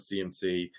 CMC